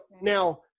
now